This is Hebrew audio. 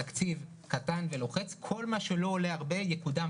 התקציב קטן ולוחץ וכל מה שלא עולה הרבה יקודם